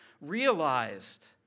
realized